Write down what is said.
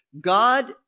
God